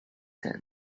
him